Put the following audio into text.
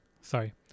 sorry